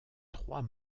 trois